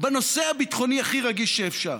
בנושא הביטחוני הכי רגיש שאפשר,